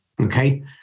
Okay